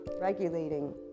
regulating